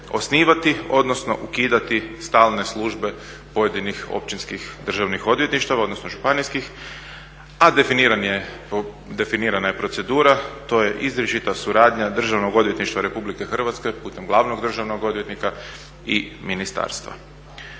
odnosno ukidati stalne službe pojedinih općinskih državnih odvjetništava odnosno županijskih. A definirana je procedura, to je izričita suradnja Državnog odvjetništva Republike Hrvatske putem glavnog državnog odvjetnika i ministarstva.